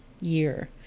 year